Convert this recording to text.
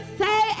say